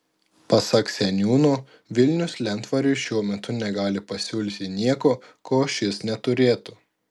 pasak seniūno vilnius lentvariui šiuo metu negali pasiūlyti nieko ko šis neturėtų